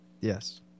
Yes